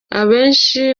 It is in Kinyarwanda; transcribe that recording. abenshi